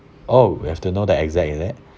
oh you have to know that exact is it